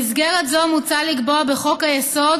במסגרת זו מוצע לקבוע בחוק-היסוד